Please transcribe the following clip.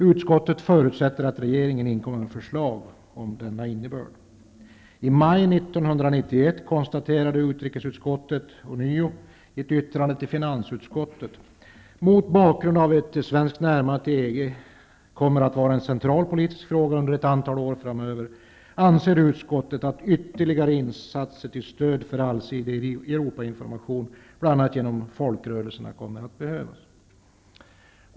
Utskottet förutsätter att regeringen inkommer med förslag med denna innebörd. I maj 1991 konstaterade utrikesutskottet ånyo i ett yttrande till finansutskottet: Mot bakgrund av att ett svenskt närmande till EG kommer att vara en central politisk fråga under ett antal år framöver anser utskottet att ytterligare insatser till stöd för allsidig Europainformation, bl.a. genom folkrörelserna, kommer att behövas.